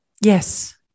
Yes